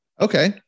Okay